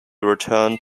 returned